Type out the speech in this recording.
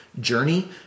journey